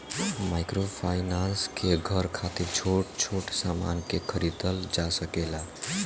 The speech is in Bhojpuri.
माइक्रोफाइनांस से घर खातिर छोट छोट सामान के खरीदल जा सकेला